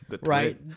right